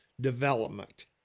development